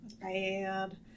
Bad